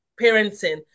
parenting